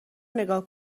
نیگا